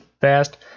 fast